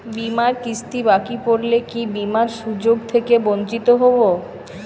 বিমার কিস্তি বাকি পড়লে কি বিমার সুযোগ থেকে বঞ্চিত হবো?